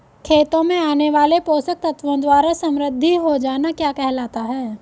खेतों से आने वाले पोषक तत्वों द्वारा समृद्धि हो जाना क्या कहलाता है?